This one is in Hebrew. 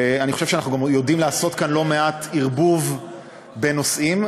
ואני חושב שאנחנו גם יודעים לעשות כאן לא מעט ערבוב בין נושאים,